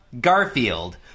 Garfield